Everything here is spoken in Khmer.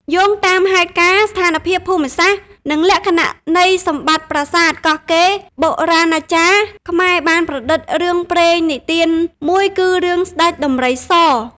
យោងតាមហេតុការណ៍ ស្ថានភាពភូមិសាស្ត្រ និងលក្ខណៈនៃសម្បត្តិប្រាសាទ កោះកេរ បុរាណាចារ្យខ្មែរបានប្រឌិតរឿងព្រេងនិទានមួយគឺរឿង ស្តេចដំរីស។